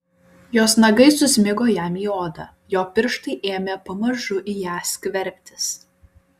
jos nagai susmigo jam į odą jo pirštai ėmė pamažu į ją skverbtis